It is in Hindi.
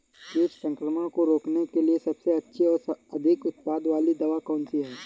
कीट संक्रमण को रोकने के लिए सबसे अच्छी और अधिक उत्पाद वाली दवा कौन सी है?